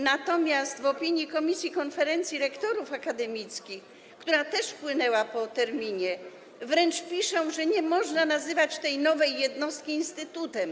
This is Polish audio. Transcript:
Natomiast w opinii komisji konferencji rektorów akademickich, która też wpłynęła po terminie, wręcz piszą, że nie można nazywać tej nowej jednostki instytutem.